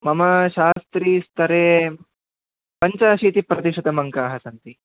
मम शास्त्रीस्थरे पञ्चाशीतिप्रतिशतम् अङ्काः सन्ति